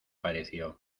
pareció